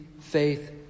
faith